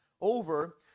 over